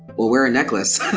well wear a necklace